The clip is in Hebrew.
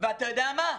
ואתה יודע מה?